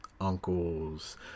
uncles